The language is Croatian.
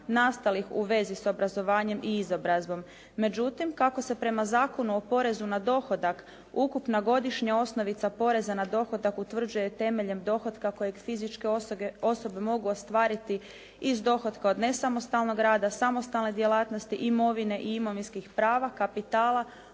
u vezi s obrazovanjem i izobrazbom. Međutim kako se prema Zakonu o porezu na dohodak ukupna godišnja osnovica poreza na dohodak utvrđuje temeljem dohotka kojeg fizičke osobe mogu ostvariti iz dohotka od nesamostalnog rada, samostalne djelatnosti, imovine i imovinskih prava, kapitala,